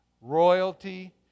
royalty